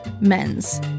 men's